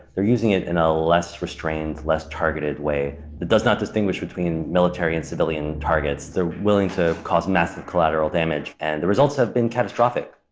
they're using it in a less restrained, less targeted way that does not distinguish between military and civilian targets. they're willing to cause massive collateral damage and the results have been catastrophic.